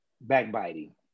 backbiting